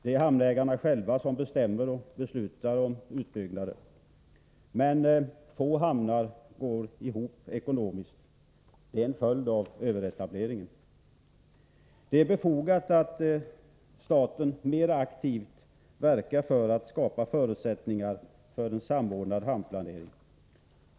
Det är hamnägarna själva som beslutar om utbyggnader. Men få hamnar går ihop ekonomiskt. Det är en följd av överetableringen. Det är befogat att staten mer aktivt verkar för att skapa förutsättningar för en samordnad hamnplanering.